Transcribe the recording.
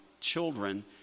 children